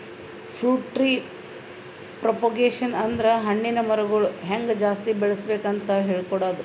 fruit tree propagation ಅಂದ್ರ ಹಣ್ಣಿನ್ ಮರಗೊಳ್ ಹೆಂಗ್ ಜಾಸ್ತಿ ಬೆಳಸ್ಬೇಕ್ ಅಂತ್ ಹೇಳ್ಕೊಡದು